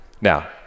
Now